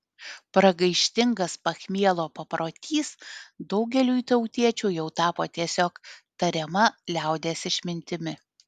pragaištingas pachmielo paprotys daugeliui tautiečių jau tapo tiesiog tariama liaudies išmintimi